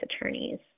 attorneys